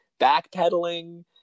backpedaling